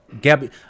Gabby